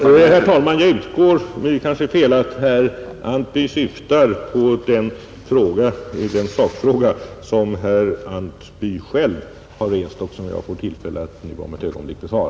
Herr talman! Jag utgår från att herr Antby — men det kanske är fel — syftar på den sakfråga som han själv har ställt och som jag får tillfälle att besvara om ett ögonblick.